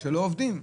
שלא עובדים.